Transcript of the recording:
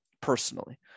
personally